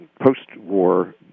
post-war